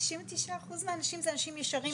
99% מהאנשים זה אנשים ישרים,